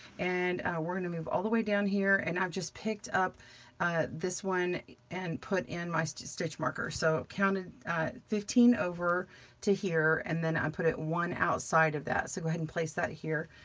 and we're gonna move all the way down here, and i've just picked up this one and put in my stitch stitch marker. so counted fifteen over to here. and then i put it one outside of that. so go ahead and place that here.